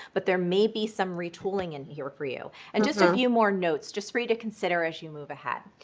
but there may be some retooling in here for you. and just a few more notes just for you to consider as you move ahead.